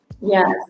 Yes